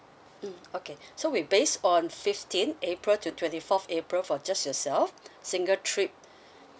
mm okay so we based on fifteen april to twenty fourth april for just yourself single trip